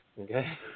Okay